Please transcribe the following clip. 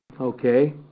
Okay